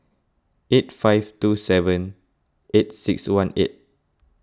eight five two seven eight six one eight